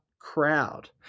crowd